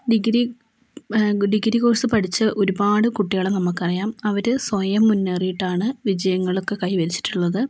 degree degree course പഠിച്ച ഒരുപാട് കുട്ടികളെ നമുക്ക് അറിയാം അവർ സ്വയം മുന്നേറിയിട്ടാണ് വിജയങ്ങളൊക്കെ കൈവരിച്ചിട്ടുള്ളത്